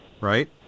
right